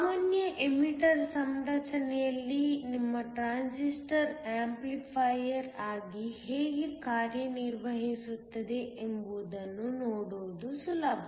ಸಾಮಾನ್ಯ ಎಮಿಟರ್ ಸಂರಚನೆಯಲ್ಲಿ ನಿಮ್ಮ ಟ್ರಾನ್ಸಿಸ್ಟರ್ ಆಂಪ್ಲಿಫಯರ್ ಆಗಿ ಹೇಗೆ ಕಾರ್ಯನಿರ್ವಹಿಸುತ್ತದೆ ಎಂಬುದನ್ನು ನೋಡುವುದು ಸುಲಭ